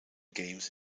games